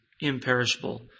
imperishable